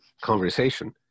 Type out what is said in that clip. conversation